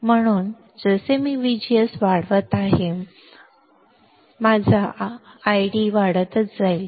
म्हणून जसे मी VGS वाढवत आहे माझा ID वाढतच जाईल